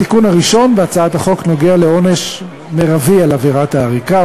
התיקון הראשון בהצעת החוק נוגע לעונש המרבי על עבירת עריקה.